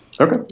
Okay